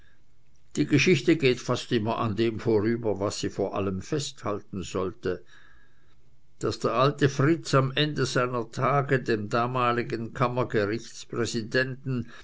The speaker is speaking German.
die geschichte geht fast immer an dem vorüber was sie vor allem festhalten sollte daß der alte fritz am ende seiner tage dem damaligen